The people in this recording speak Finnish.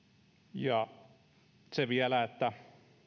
ja se vielä että